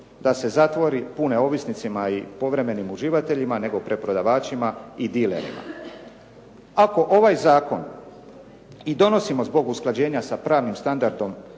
da se zatvori pune ovisnicima i povremenim uživateljima nego preprodavačima i dilerima. Ako ovaj zakon i donosimo zbog usklađenja sa pravnim standardom